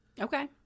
Okay